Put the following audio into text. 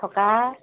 থকা